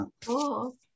cool